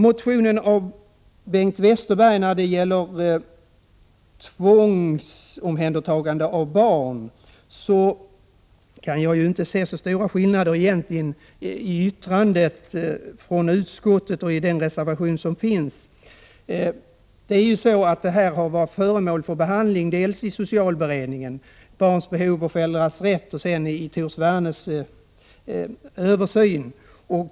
Jag kan inte se så stora skillnader egentligen mellan yttrandet från utskottet och det som anges i den reservation som avgivits med anledning av Bengt Westerbergs motion om tvångsomhändertagande av barn. Frågan har varit föremål för behandling dels i socialberedningen, Barns behov och föräldrars rätt, dels i Tor Svernes översyn.